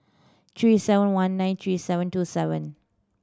three seven one nine three seven two seven